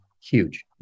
huge